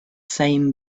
same